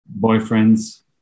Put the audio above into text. boyfriends